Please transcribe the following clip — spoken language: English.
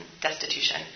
destitution